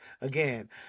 again